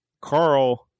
Carl